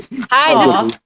Hi